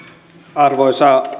arvoisa